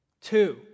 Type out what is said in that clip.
Two